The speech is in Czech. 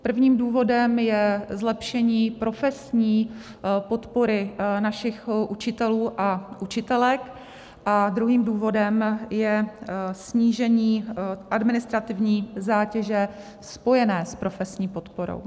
Prvním důvodem je zlepšení profesní podpory našich učitelů a učitelek a druhým důvodem je snížení administrativní zátěže spojené s profesní podporou.